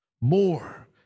more